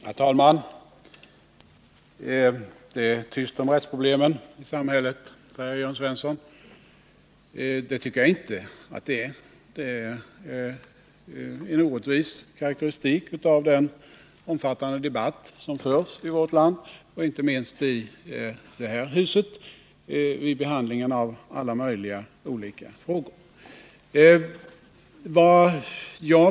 Herr talman! Det är tyst om rättsproblemen i samhället, säger Jörn Svensson, men det tycker inte jag. Enligt min mening är detta en orättvis karakteristik av den omfattande debatt som förs i vårt land, inte minst i det här huset vid behandlingen av alla möjliga frågor.